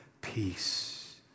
peace